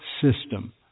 system